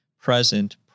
present